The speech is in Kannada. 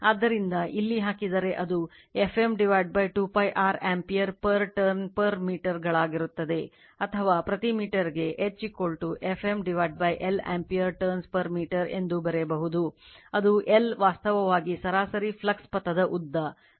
ಆದ್ದರಿಂದ ಇಲ್ಲಿ ಹಾಕಿದರೆ ಅದು Fm 2 π R ampere per turn per meter ಗಳಾಗಿರುತ್ತದೆ ಅಥವಾ ಪ್ರತಿ ಮೀಟರ್ಗೆ H Fm l ampere turns per meter ಎಂದು ಬರೆಯಬಹುದು ಅದು l ವಾಸ್ತವವಾಗಿ ಸರಾಸರಿ ಫ್ಲಕ್ಸ್ ಪಥದ ಉದ್ದ ಅಂದರೆ 2 π R ಸುತ್ತಳತೆ